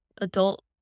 adult